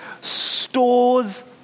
stores